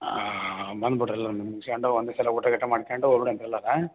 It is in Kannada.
ಹಾಂ ಬಂದ್ಬುಡ್ರಿ ಎಲ್ಲನು ಮುಗ್ಸ್ಕೊಂಡು ಒಂದೇ ಸಲ ಊಟ ಗೀಟ ಮಾಡ್ಕೊಂಡು ಹೋಗ್ಬಿಡಂತ ಎಲ್ಲ ಹಾಂ